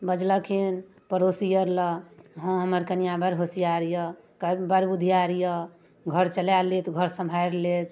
बजलखिन पड़ोसी अओर लगमे हँ हमर कनिआ बड़ होशिआदि अइ बड़ बुधिआरि अइ घर चला लेत घर सम्हारि लेत